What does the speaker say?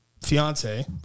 fiance